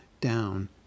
down